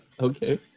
okay